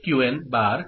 Qn' K'